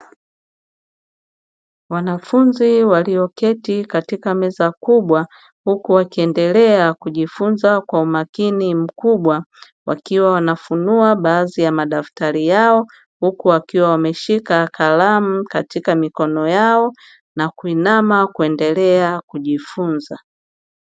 Wanafunzi walioketi katika meza kubwa, huku wakiendelea kujifunza kwa umakini mkubwa wakiwa wanafunua baadhi ya madaftari yao huku wakiwa wameshika kalamu katika mikono yao na kuinama kuendelea kujifunza.